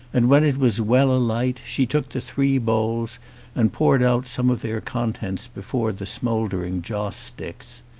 and when it was well alight she took the three bowls and poured out some of their contents before the smouldering joss-sticks.